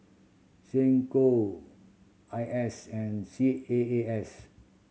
SecCom I S and C A A S